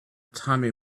tommy